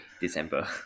December